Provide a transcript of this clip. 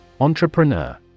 Entrepreneur